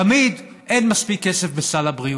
תמיד אין מספיק כסף בסל הבריאות?